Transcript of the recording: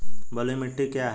बलुई मिट्टी क्या है?